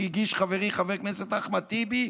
שהגיש חברי חבר הכנסת אחמד טיבי,